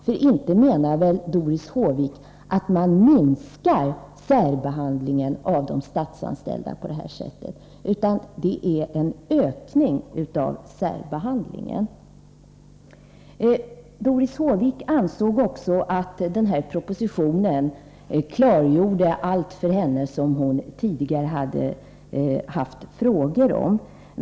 För inte menar väl Doris Håvik att man minskar särbehandlingen av de statsanställda på det här sättet? Doris Håvik ansåg också att den här propositionen klargjorde för henne allt som hon tidigare hade haft frågor om.